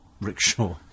Rickshaw